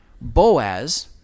Boaz